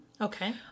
Okay